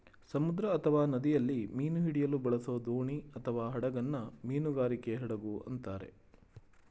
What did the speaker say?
ಸಮುದ್ರ ಅಥವಾ ನದಿಯಲ್ಲಿ ಮೀನು ಹಿಡಿಯಲು ಬಳಸೋದೋಣಿಅಥವಾಹಡಗನ್ನ ಮೀನುಗಾರಿಕೆ ಹಡಗು ಅಂತಾರೆ